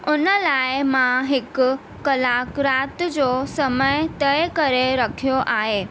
उन लाइ मां हिकु कलाकु राति जो समय तय करे रखियो आहे